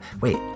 wait